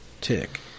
tick